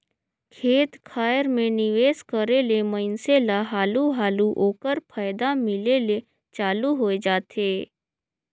खेत खाएर में निवेस करे ले मइनसे ल हालु हालु ओकर फयदा मिले ले चालू होए जाथे